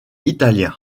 italien